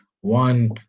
one